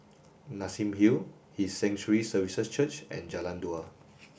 Nassim Hill His Sanctuary Services Church and Jalan Dua